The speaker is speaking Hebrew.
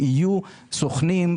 יהיו סוכנים,